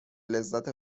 لذت